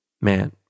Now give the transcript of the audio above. man